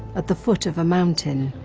at the foot of a mountain.